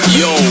yo